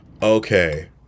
Okay